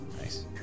Nice